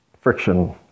friction